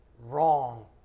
wrong